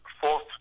fourth